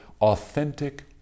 authentic